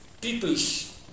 People's